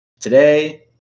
Today